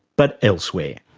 but elsewhere.